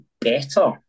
better